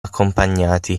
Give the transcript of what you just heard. accompagnati